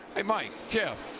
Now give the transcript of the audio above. hey, micah, jeff,